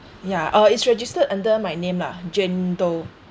ya uh it's registered under my name lah jane doe